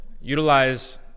utilize